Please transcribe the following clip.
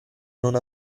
non